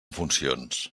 funcions